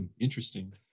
interesting